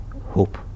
hope